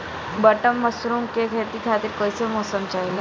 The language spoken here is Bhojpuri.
बटन मशरूम के खेती खातिर कईसे मौसम चाहिला?